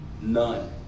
none